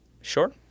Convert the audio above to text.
Sure